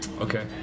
okay